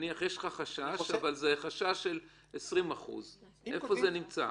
נניח יש לך חשש, אבל זה חשש של 20%. איפה זה נמצא?